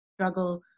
struggle